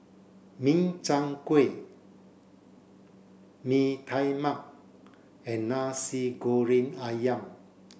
Min Chiang Kueh Mee Tai Mak and Nasi Goreng Ayam